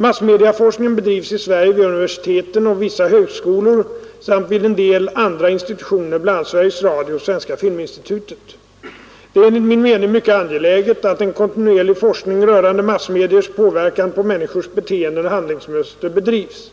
Massmedieforskningen bedrivs i Sverige vid universiteten och vissa högskolor samt vid en del andra institutioner, bl.a. Sveriges Radio och svenska filminstitutet. Det är enligt min mening mycket angeläget att en kontinuerlig forskning rörande massmediers påverkan på människors beteenden och handlingsmönster bedrivs.